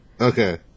Okay